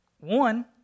One